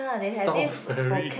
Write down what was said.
sounds very